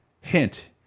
Hint